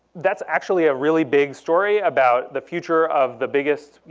that's actually a really big story about the future of the biggest,